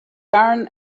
yarn